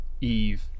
Eve